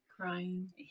crying